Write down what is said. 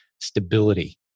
stability